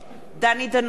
אינו נוכח